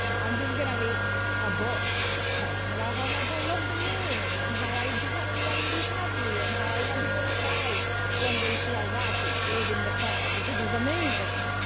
i'm just going to be a dork talking about how much i love the moon, and how i just want everybody to be happy, and how i want people to cry when they see a rocket leaving the planet, because it's amazing.